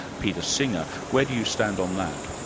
peter singer. where do you stand on that?